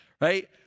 right